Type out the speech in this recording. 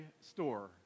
store